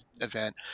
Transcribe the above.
event